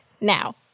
now